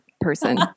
person